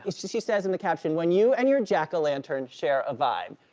she says in the caption, when you and your jack-o-lantern share a vibe.